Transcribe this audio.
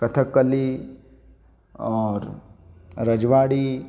कथकली और रजवाड़ी